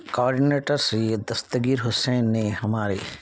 coordinator Syed Dastgir Hussain نے ہمارے